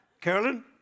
Carolyn